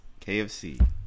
KFC